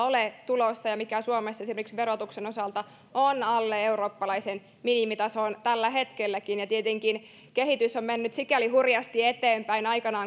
ole tulossa ja suomessa esimerkiksi verotuksen osalta se on alle eurooppalaisen minimitason tälläkin hetkellä ja tietenkin kehitys on mennyt sikäli hurjasti eteenpäin siitä